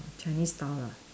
Chinese style lah